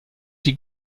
die